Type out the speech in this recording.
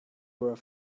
were